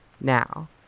Now